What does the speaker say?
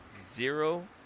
zero